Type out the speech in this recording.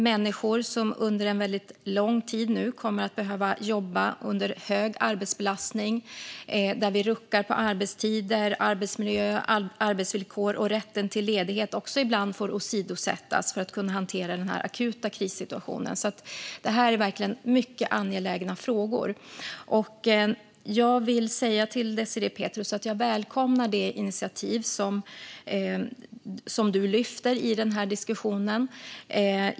Människor kommer under lång tid att behöva jobba under hög arbetsbelastning och med ruckade arbetstider, arbetsmiljö och arbetsvillkor. Ibland får man också åsidosätta rätten till ledighet för att hantera den akuta krissituationen. Det här är verkligen mycket angelägna frågor. Jag vill säga att jag välkomnar det initiativ som Désirée Pethrus lyfter fram i den här diskussionen.